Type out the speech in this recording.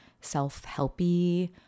self-helpy